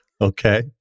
Okay